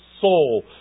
soul